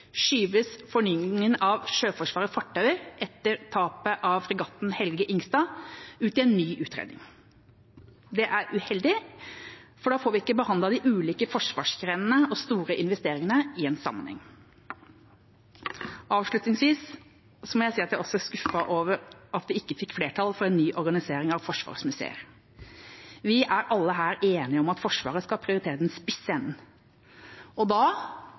skyves fornyingen av Sjøforsvarets fartøyer etter tapet av fregatten «Helge lngstad» ut i en ny utredning. Det er uheldig, for da får vi ikke behandlet de ulike forsvarsgrenene og de store investeringene i en sammenheng. Avslutningsvis må jeg si at jeg også er skuffet over at vi ikke fikk flertall for en ny organisering av Forsvarets museer. Vi er alle her enige om at Forsvaret skal prioritere den spisse enden, og da